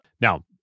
Now